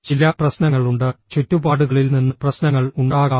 ചില പ്രശ്നങ്ങളുണ്ട് ചുറ്റുപാടുകളിൽ നിന്ന് പ്രശ്നങ്ങൾ ഉണ്ടാകാം